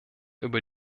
über